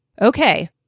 okay